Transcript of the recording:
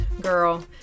Girl